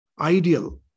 ideal